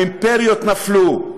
האימפריות נפלו.